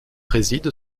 réside